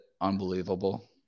unbelievable